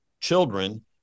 children